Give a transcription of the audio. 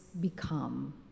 become